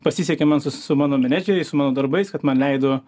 pasisekė man su su mano menedžeriais su mano darbais kad man leido